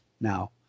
now